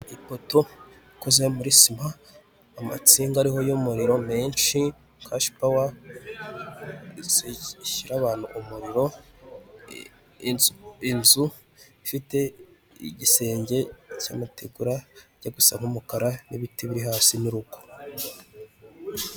Ipoto ikoze muri sima amatsinga ariho y'umuriro menshi kashipawa ishyira abantu umuriro, inzu ifite igisenge cy'amategura kabisa n'umukara n'ibiti biri hafi n'urugo.